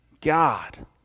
God